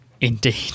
Indeed